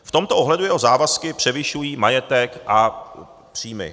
V tomto ohledu jeho závazky převyšují majetek a příjmy.